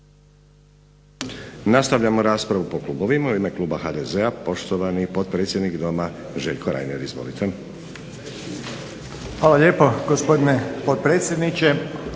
Nastavljamo raspravu po klubovima. U ime kluba HDZ-a poštovani potpredsjednik doma Željko Reiner, izvolite. **Reiner, Željko (HDZ)** Hvala lijepo gospodine potpredsjedniče.